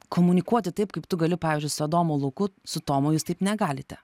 komunikuoti taip kaip tu gali pavyzdžiui su adomu luku su tomu jūs taip negalite